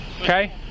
Okay